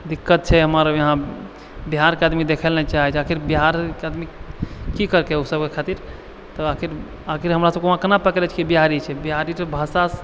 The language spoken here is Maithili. दिक्कत छै हमर यहाँ बिहारके आदमी देखै लए नहि चाहै छै आखिर बिहारके आदमी की केलकै ओइ खातिर आखिर आखिर हमरा सब कोना पकड़ै छै बिहारी छै बिहारीके भाषा